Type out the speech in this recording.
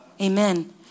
Amen